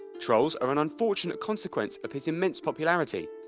trolls are an unfortunate consequence of his immense popularity.